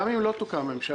גם אם לא תוקם ממשלה.